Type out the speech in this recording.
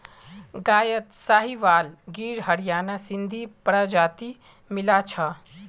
गायत साहीवाल गिर हरियाणा सिंधी प्रजाति मिला छ